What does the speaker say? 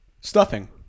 stuffing